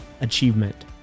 achievement